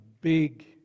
big